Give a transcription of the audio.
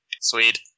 Sweet